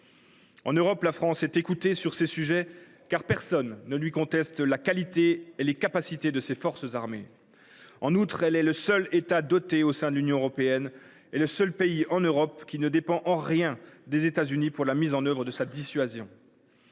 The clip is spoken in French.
En Europe, la France est écoutée sur ces sujets, car personne ne lui conteste la qualité et les capacités de ses forces armées. En outre, elle est le seul État doté de l’arme nucléaire au sein de l’Union européenne et le seul pays en Europe qui ne dépend en rien des États Unis pour la mise en œuvre de sa dissuasion.